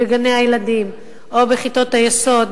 בגני-הילדים או בכיתות היסוד,